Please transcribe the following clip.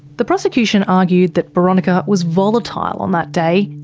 the prosecution argued that boronika was volatile on that day.